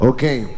Okay